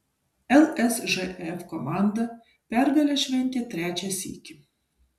lsžf komanda pergalę šventė trečią sykį